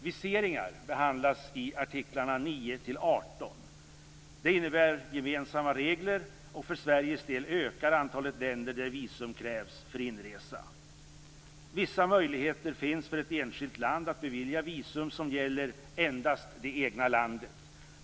Viseringar behandlas i artiklarna 9-18. Det innebär gemensamma regler. För Sveriges del ökar antalet länder där visum krävs för inresa. Vissa möjligheter finns för ett enskilt land att bevilja visum som gäller endast det egna landet.